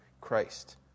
christ